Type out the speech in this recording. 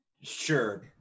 sure